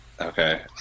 Okay